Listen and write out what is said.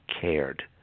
cared